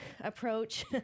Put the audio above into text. approach